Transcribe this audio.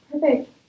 Perfect